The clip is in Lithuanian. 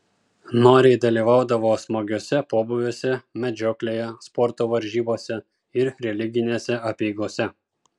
noriai dalyvaudavo smagiuose pobūviuose medžioklėje sporto varžybose ir religinėse apeigose